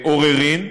עוררין,